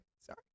sorry